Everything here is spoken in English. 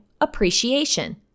appreciation